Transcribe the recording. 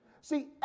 See